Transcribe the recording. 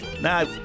Now